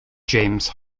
james